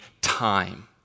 time